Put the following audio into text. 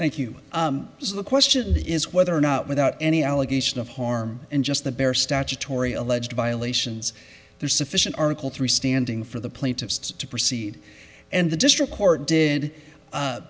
thank you so the question is whether or not without any allegation of harm and just the bare statutory alleged violations there's sufficient article three standing for the plaintiffs to proceed and the district court did